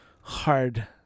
Hard